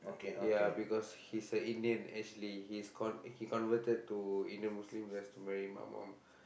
ya because he's a Indian actually he is con~ he converted to Indian Muslim just to marry my mum